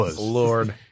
Lord